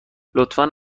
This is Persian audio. لطفا